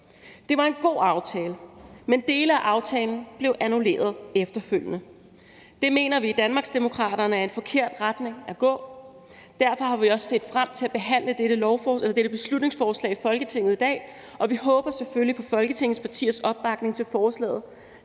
Det var en god aftale, men dele af aftalen blev annulleret efterfølgende. Det mener vi i Danmarksdemokraterne er en forkert retning at gå i. Derfor har vi også set frem til at behandle dette beslutningsforslag i Folketinget i dag, og vi håber selvfølgelig på Folketingets partiers opbakning til forslaget,